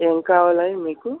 ఏం కావాలండి మీకు